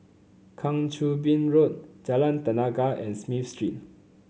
Kang Choo Bin Road Jalan Tenaga and Smith Street